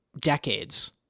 decades